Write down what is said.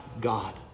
God